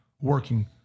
working